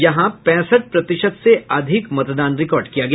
यहां पैंसठ प्रतिशत से अधिक मतदान रिकार्ड किया गया